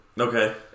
Okay